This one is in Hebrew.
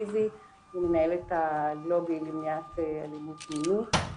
ומנהלת את הבלוגים למניעת אלימות מינית.